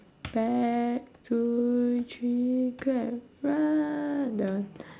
back two three clap run that one